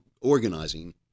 organizing